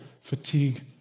fatigue